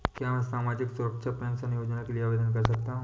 क्या मैं सामाजिक सुरक्षा पेंशन योजना के लिए आवेदन कर सकता हूँ?